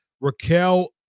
Raquel